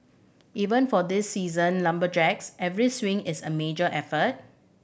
even for these seasoned lumberjacks every swing is a major effort